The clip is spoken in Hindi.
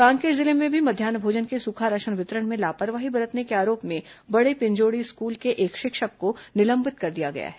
कांकेर जिले में भी मध्यान्ह भोजन के सुखा राशन वितरण में लापरवाही बरतने के आरोप में बड़ेपिंजोडी स्कूल के एक शिक्षक को निलंबित कर दिया गया है